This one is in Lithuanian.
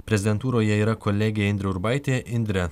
prezidentūroje yra kolegė indrė urbaitė indre